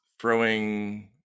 throwing